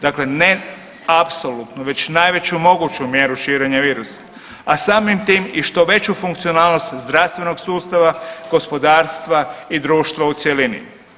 Dakle, ne apsolutnu već najveću moguću mjeru širenja virusa, a samim tim i što veću funkcionalnost zdravstvenog sustava, gospodarstva i društva u cjelini.